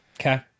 Okay